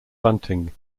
bunting